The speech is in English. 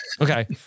Okay